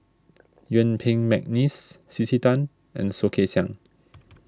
Yuen Peng McNeice C C Tan and Soh Kay Siang